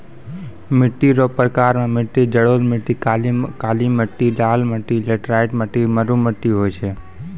मिट्टी रो प्रकार मे मट्टी जड़ोल मट्टी, काली मट्टी, लाल मट्टी, लैटराईट मट्टी, मरु मट्टी होय छै